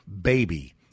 BABY